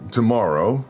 tomorrow